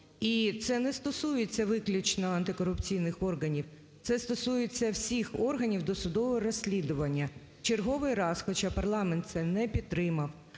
і це не стосується виключно антикорупційних органів, це стосується всіх органів досудового розслідування. В черговий раз, хоча парламент це не підтримав,